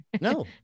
No